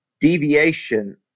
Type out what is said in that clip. deviation